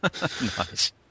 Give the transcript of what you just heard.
Nice